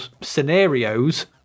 scenarios